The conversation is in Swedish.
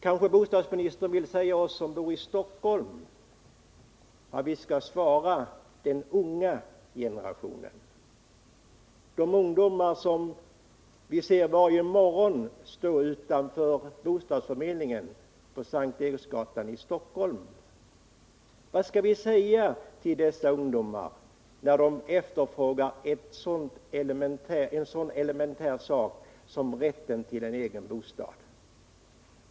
Kanske bostadsministern vill tala om för oss som bor i Stockholm vad vi skall svara den unga generationen, de ungdomar som vi varje morgon ser stå utanför bostadsförmedlingen på S:t Eriksgatan i Stockholm. Vad skall vi säga till dessa ungdomar när de efterfrågar en sådan elementär sak som rätten till en egen bostad?